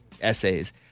essays